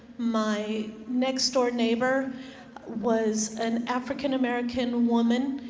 my next door neighbor was an african-american woman.